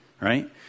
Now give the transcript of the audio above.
Right